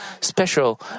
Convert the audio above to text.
special